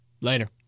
Later